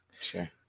Sure